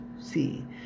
See